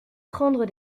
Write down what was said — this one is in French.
prendre